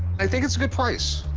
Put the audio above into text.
i think it's a good price.